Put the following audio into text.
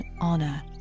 honor